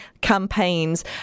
campaigns